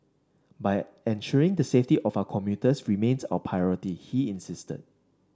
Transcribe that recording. but ensuring the safety of our commuters remains our priority he insisted